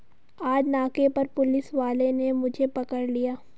आज नाके पर पुलिस वाले ने मुझे पकड़ लिया